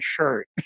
shirt